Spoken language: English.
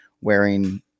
wearing